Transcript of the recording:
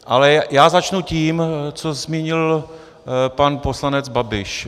Ale já začnu tím, co zmínil pan poslanec Babiš.